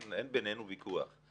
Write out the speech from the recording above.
אין בינינו ויכוח.